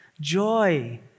joy